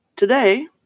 Today